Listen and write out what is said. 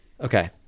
Okay